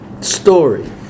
story